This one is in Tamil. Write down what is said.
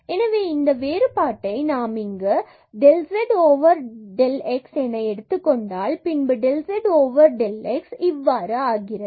எனவே இந்த வேறுபாட்டை நாம் இங்கு del z del x எடுத்துக் கொண்டால் பின்பு del z del x இவ்வாறு ஆகிறது